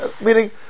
Meaning